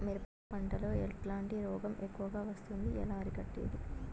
మిరప పంట లో ఎట్లాంటి రోగం ఎక్కువగా వస్తుంది? ఎలా అరికట్టేది?